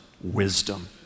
wisdom